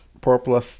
Purple